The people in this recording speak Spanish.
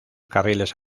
carriles